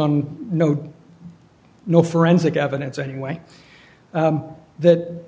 on no no forensic evidence anyway that